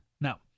Now